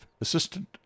Assistant